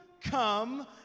come